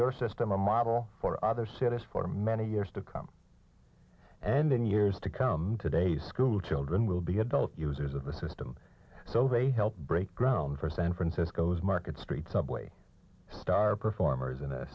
your system a model for other set us for many years to come and in years to come today's school children will be adult users of the system so they help break ground for san francisco's market street subway star performers